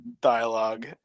dialogue